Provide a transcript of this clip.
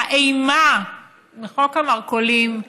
האימה מחוק המרכולים,